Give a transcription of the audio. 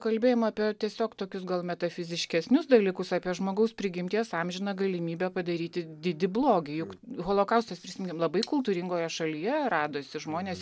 kalbėjimo apie tiesiog tokius gal metafiziškesnius dalykus apie žmogaus prigimties amžiną galimybę padaryti didį blogį juk holokaustas prisiminkim labai kultūringoje šalyje radosi žmonės